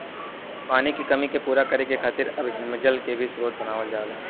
पानी के कमी के पूरा करे खातिर अब हिमजल के भी स्रोत बनावल जाला